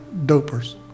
dopers